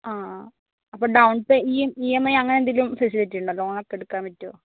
ആ അപ്പോൾ down E M I അങ്ങനെ എന്തെങ്കിലും ഫെസിലിറ്റിയുണ്ടോ ലോണൊക്കെ എടുക്കാൻ പറ്റുമോ